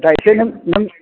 जा एसेनो नों नों